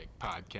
podcast